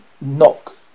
knock